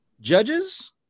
judges